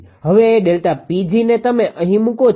હવે ΔPgને તમે અહી મુકો છો